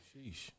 Sheesh